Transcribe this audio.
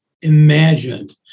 imagined